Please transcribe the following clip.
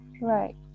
Right